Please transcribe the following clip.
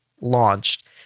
launched